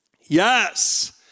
Yes